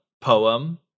poem